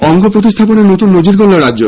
অঙ্গ প্রতিস্হাপনে নতুন নজির গড়ল রাজ্য